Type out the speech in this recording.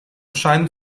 scheinen